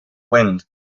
wind